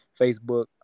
Facebook